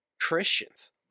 Christians